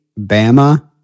Bama